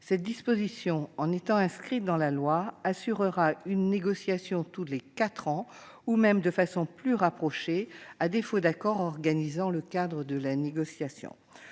Cette disposition, une fois inscrite dans la loi, assurera une négociation tous les quatre ans, voire de façon plus rapprochée, à défaut d'accord encadrant la négociation.